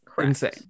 insane